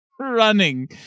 Running